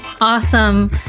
awesome